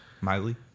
Miley